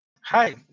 Hi